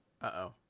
Uh-oh